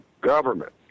government